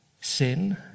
sin